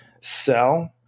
sell